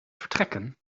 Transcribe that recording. vertrekken